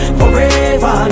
forever